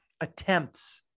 attempts